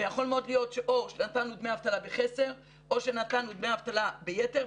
ויכול מאוד להיות שנתנו דמי אבטלה בחסר או שנתנו דמי אבטלה ביתר,